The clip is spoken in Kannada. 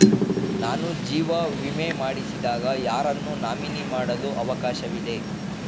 ನಾನು ಜೀವ ವಿಮೆ ಮಾಡಿಸಿದಾಗ ಯಾರನ್ನು ನಾಮಿನಿ ಮಾಡಲು ಅವಕಾಶವಿದೆ?